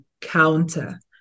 counter